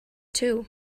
too